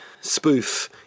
spoof